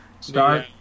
start